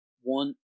one